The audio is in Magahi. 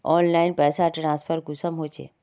ऑनलाइन पैसा ट्रांसफर कुंसम होचे?